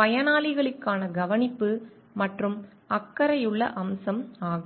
பயனாளிகளுக்கான கவனிப்பு மற்றும் அக்கறையுள்ள அம்சம் ஆகும்